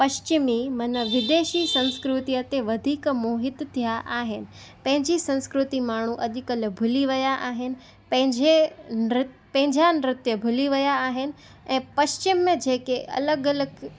पश्चिमी मन विदेशी संस्कृतीअ खे वधीक मोहित थिया आहिनि पंहिंजी संस्कृती माण्हू अॼुकल्ह भुली विया आहिनि पंहिंजे नृत्य पंहिंजा नृत्य भुली विया आहिनि ऐं पश्चिम में जेके अलॻि अलॻि